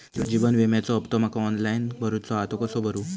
जीवन विम्याचो हफ्तो माका ऑनलाइन भरूचो हा तो कसो भरू?